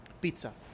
pizza